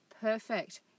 perfect